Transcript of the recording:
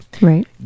right